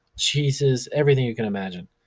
cheeses, everything you can imagine.